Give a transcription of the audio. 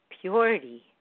purity